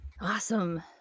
Awesome